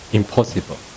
impossible